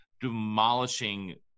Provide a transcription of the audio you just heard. demolishing